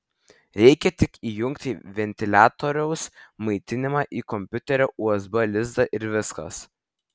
reikia tik įjungti ventiliatoriaus maitinimą į kompiuterio usb lizdą ir viskas